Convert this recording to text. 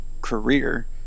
career